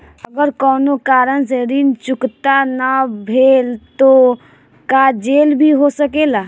अगर कौनो कारण से ऋण चुकता न भेल तो का जेल भी हो सकेला?